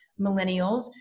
millennials